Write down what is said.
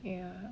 ya